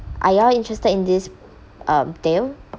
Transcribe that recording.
are you all interested in this um deal